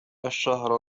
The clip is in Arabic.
الشهر